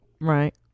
Right